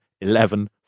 eleven